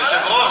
היושב-ראש,